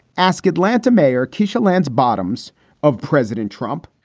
ask atlanta mayor keysha lance, bottoms of president trump,